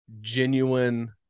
genuine